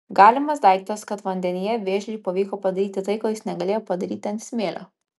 galimas daiktas kad vandenyje vėžliui pavyko padaryti tai ko jis negalėjo padaryti ant smėlio